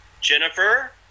Jennifer